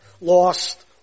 lost